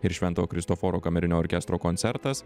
ir šventojo kristoforo kamerinio orkestro koncertas